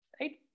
right